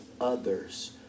others